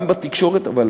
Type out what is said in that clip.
גם בתקשורת, אבל